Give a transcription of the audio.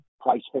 price